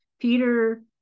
Peter